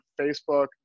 facebook